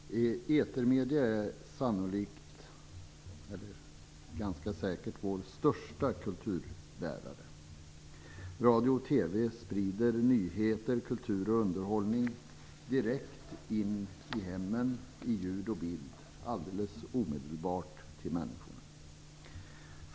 Herr talman! Etermedierna är sannolikt våra största kulturbärare. Radio och TV sprider nyheter, kultur och underhållning direkt in i hemmen i ljud och bild alldeles omedelbart till människorna.